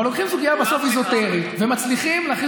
אבל לוקחים סוגיה אזוטרית ומצליחים להכניס